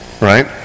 Right